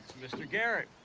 mr. garrett.